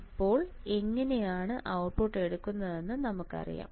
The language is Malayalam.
അപ്പോൾ എങ്ങനെയാണ് ഔട്ട്പുട്ട് എടുക്കുന്നതെന്ന് നമുക്കറിയാം